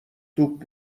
توپ